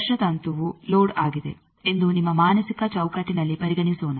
ಸ್ಪರ್ಶ ತಂತುವು ಲೋಡ್ ಆಗಿದೆ ಎಂದು ನಿಮ್ಮ ಮಾನಸಿಕ ಚೌಕಟ್ಟಿನಲ್ಲಿ ಪರಿಗಣಿಸೋಣ